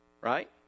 Right